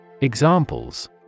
Examples